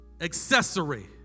accessory